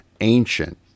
ancient